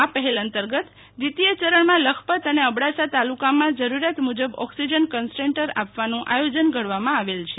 આ પફેલ અંતર્ગત દ્વિતીય ચરણમાં લખપત અને અબડાસા તાલુકામાં જરૂરિયાત મુજબ ઓક્સિજન કનસન્ટ્રેટર આપવાનું આયોજન ઘડવામાં આવેલ છે